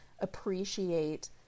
appreciate